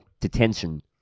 detention